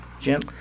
Jim